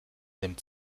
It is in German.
nimmt